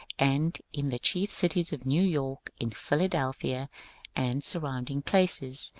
and in the chief cities of new york, in philadelphia and surround ing places,